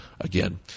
again